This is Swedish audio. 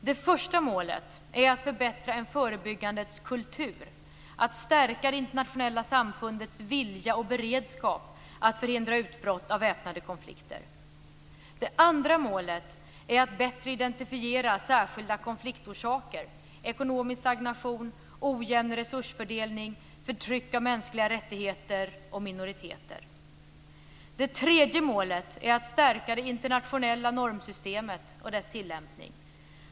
Det första målet är att förbättra en förebyggandets kultur och stärka det internationella samfundets vilja och beredskap att förhindra utbrott av väpnade konflikter. Det andra målet är att bättre identifiera särskilda konfliktorsaker: ekonomisk stagnation, ojämn resursfördelning, förtryck av mänskliga rättigheter och minoriteter. Det tredje målet är att stärka det internationella normsystemet och dess tillämpning.